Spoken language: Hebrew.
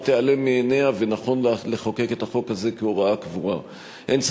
תיעלם מאליה ושנכון לחוקק את החוק הזה כהוראה קבועה.